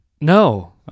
No